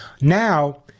now